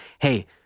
hey